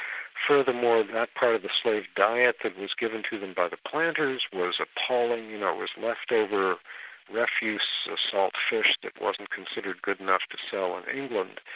furthermore that part of the slave diet that was given to them by the planters was appalling, you know, it was leftover refuse, salt fish that wasn't considered good enough to sell in england.